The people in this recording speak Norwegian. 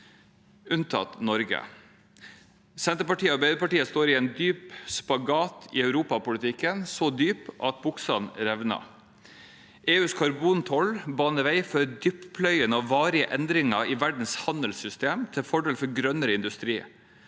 unntatt Norge. Senterpartiet og Arbeiderpartiet står i en dyp spagat i Europa-politikken, så dyp at buksene revner. EUs karbontoll baner vei for dyptpløyende og varige endringer i verdens handelssystem, til fordel for grønnere industri